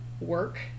work